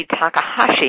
Takahashi